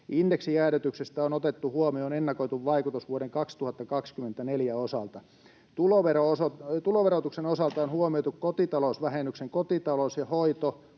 Indeksijäädytyksestä on otettu huomioon ennakoitu vaikutus vuoden 2024 osalta. Tuloverotuksen osalta on huomioitu kotitalousvähennyksen kotitalous-, hoito-